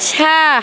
چھ